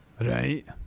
Right